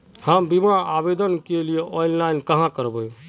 हम बीमा आवेदान के लिए ऑनलाइन कहाँ करबे?